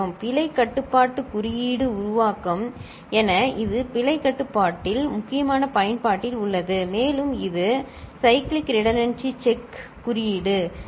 பிழைக் கட்டுப்பாட்டுக் குறியீடு உருவாக்கம் என இது பிழைக் கட்டுப்பாட்டில் முக்கியமான பயன்பாட்டில் உள்ளது மேலும் இது Cyclic Redundancy Check குறியீடு சி